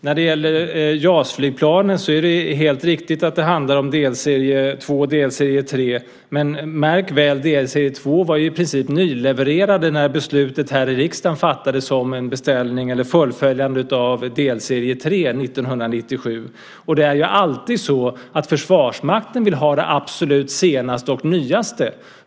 När det gäller JAS-flygplanen är det helt riktigt att det handlar om delserie 2 och delserie 3, men märk väl att delserie 2 i princip var nylevererad när beslutet om ett fullföljande av delserie 3 fattades här i riksdagen 1997. Det är alltid så att Försvarsmakten vill ha det absolut senaste och nyaste.